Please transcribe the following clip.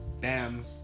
bam